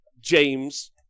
James